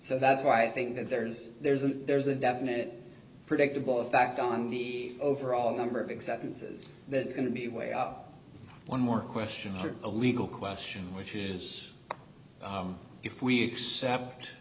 so that's why i think that there's there's a there's a definite predictable fact on the overall number of exceptions is that it's going to be way one more question for a legal question which is if we accept